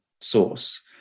source